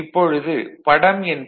இப்பொழுது படம் எண்